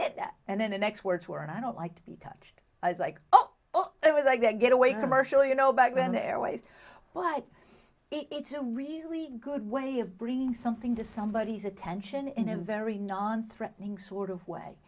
did that and then the next words were and i don't like to be touched i was like oh it was like that get away commercial you know back then there are ways but it's a really good way of bringing something to somebody who's attention in a very non threatening sort of way